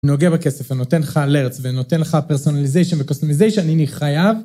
אני נוגע בכסף, אני נותן לך alerts ואני נותן לך פרסונליזיישן וקוסטומיזיישן, אני חייב.